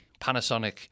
Panasonic